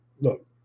look